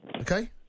Okay